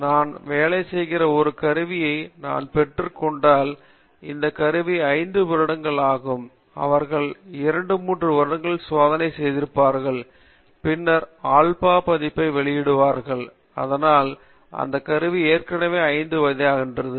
நான் வேலை செய்கிற ஒரு கருவியை நான் பெற்றுக் கொண்டால் இந்த கருவி 5 வருடங்கள் ஆகும் அவர்கள் 2 3 வருடங்கள் சோதனை செய்திருப்பார்கள் பின்னர் ஆல்பா பதிப்பை வெளியிடுவீர்கள் அதனால் அந்த கருவி ஏற்கனவே 5 வயதாகிறது